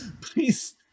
Please